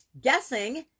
Guessing